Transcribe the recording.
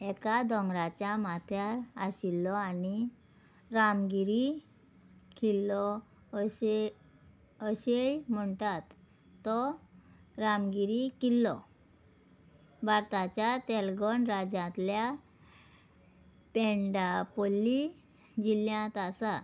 एका दोंगराच्या माथ्यार आशिल्लो आनी रामगिरी किल्लो अशे अशेंय म्हणटात तो रामगिरी किल्लो भारताच्या तेलगण राज्यांतल्या पेंडापल्ली जिल्ल्यांत आसा